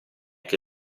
che